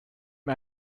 mir